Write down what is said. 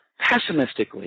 pessimistically